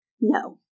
No